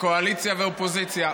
קואליציה ואופוזיציה,